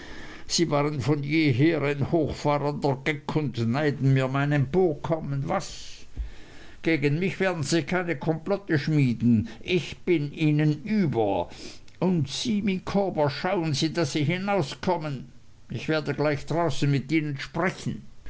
sie waren von jeher ein hochfahrender geck und neiden mir mein emporkommen was gegen mich werden sie keine komplotte schmieden ich bin ihnen über und sie micawber schauen sie daß sie hinauskommen ich werde gleich mit ihnen draußen sprechen